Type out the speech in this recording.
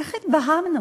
איך התבהמנו?